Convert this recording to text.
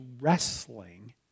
wrestling